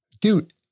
dude